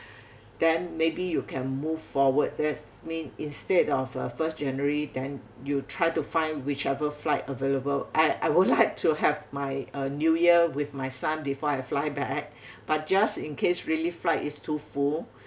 then maybe you can move forward that's mean instead of uh first january then you try to find whichever flight available I I would like to have my uh new year with my son before I fly back but just in case really flight is too full uh